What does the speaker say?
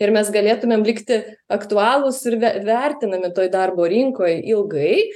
ir mes galėtumėm likti aktualūs ir ve vertinami toj darbo rinkoj ilgai